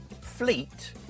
fleet